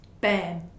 bam